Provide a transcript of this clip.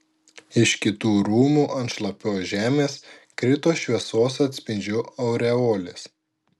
iš kitų rūmų ant šlapios žemės krito šviesos atspindžių aureolės